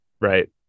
right